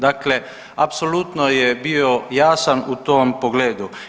Dakle, apsolutno je bio jasan u tom pogledu.